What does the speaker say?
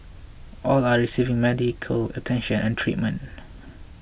all are receiving medical attention and treatment